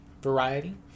variety